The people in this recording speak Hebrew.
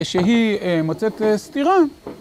כשהיא מוצאת סתירה.